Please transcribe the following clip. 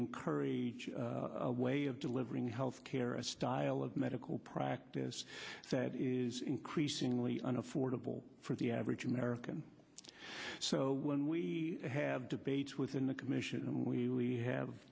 encourage a way of delivering health care a style of medical practice that is increasingly unaffordable for the average american so when we have debates within the commission